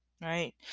right